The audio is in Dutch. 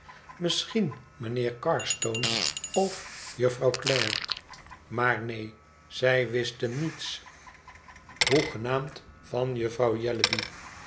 misschien mijnheer carstone of jufvrouw clare maar neen zij wisten niets hoegenaamd van mevrouw jellyby